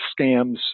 scams